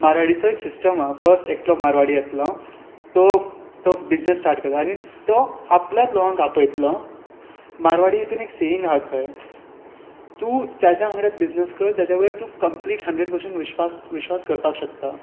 म्हारवाडीचो एक सिस्टम आसा फस्ट एकलो म्हारवाडी येतलो तो तो बिजनस स्टार्ट करता आनी तो आपल्याच लोकांक आपयतलो म्हारवाडी हातून एक सेयींग आसा खंय तूं ताज्या वांगडाच बिजनस कर ताज्या वयर तूं कम्प्लीट हंड्रेड पर्संट विश्पास विश्वास करपाक शकता